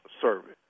service